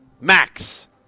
Max